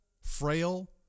frail